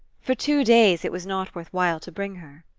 for two days it was not worth while to bring her.